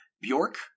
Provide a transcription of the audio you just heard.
Bjork